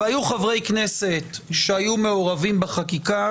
והיו חברי כנסת שהיו מעורבים בחקיקה,